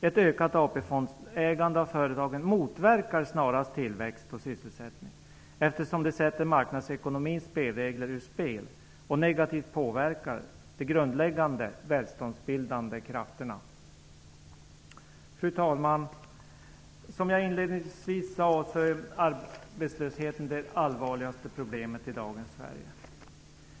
Ett ökat AP-fondsägande av företagen motverkar snarast tillväxt och sysselsättning, eftersom det sätter marknadsekonomins regler ur spel och negativt påverkar de grundläggande välståndsbildande krafterna. Fru talman! Som jag inledningsvis sade är arbetslösheten det allvarligaste problemet i dagens Sverige.